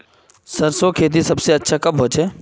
सरसों खेती सबसे अच्छा कब होचे?